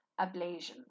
ablation